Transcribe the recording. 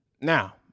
Now